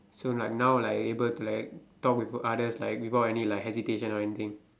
so like now like I'm able to like talk with others like without any like hesitation or anything